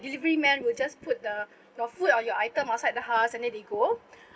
delivery men will just put the your food or your item outside the house and then they go